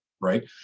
Right